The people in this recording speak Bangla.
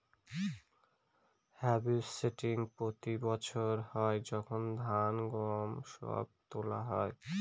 হার্ভেস্টিং প্রতি বছর হয় যখন ধান, গম সব তোলা হয়